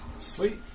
Sweet